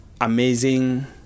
amazing